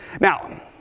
Now